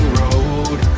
road